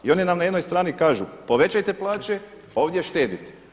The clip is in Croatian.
I oni nam na jednoj strani kažu povećajte plaće, a ovdje štedite.